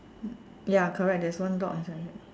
ya correct there is one dot